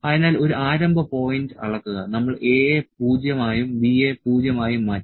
അതിനാൽ ഒരു ആരംഭ പോയിന്റ് അളക്കുക നമ്മൾ A യെ 0 ആയും B യെ 0 ആയും മാറ്റി